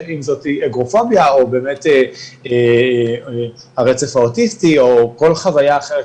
אם זאתי אגרופוביה או באמת הרצף האוטיסטי או כל חוויה אחרת,